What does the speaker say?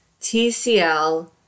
TCL